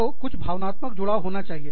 तो कुछ भावनात्मक जुड़ाव होना चाहिए